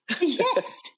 Yes